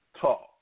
talk